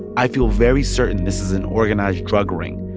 i feel very certain this is an organized drug ring.